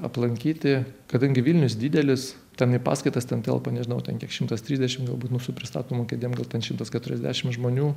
aplankyti kadangi vilnius didelis ten į paskaitas ten telpa nežinau ten kiek šimtas trisdešim galbūt nu su pristatomom kėdėm gal ten šimtas keturiasdešim žmonių